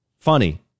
Funny